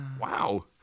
Wow